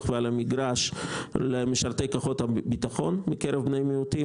והמגרש של משרתי כוחות הביטחון מקרב בני מיעוטים.